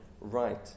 right